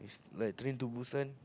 like Train-to-Busan